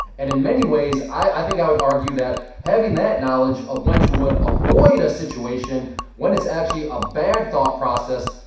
and in many ways i think i would argue that having that knowledge of when to avoid a situation when it's actually a bad thought process,